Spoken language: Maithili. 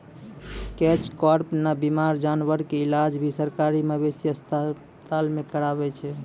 कैच कार्प नॅ बीमार जानवर के इलाज भी सरकारी मवेशी अस्पताल मॅ करावै छै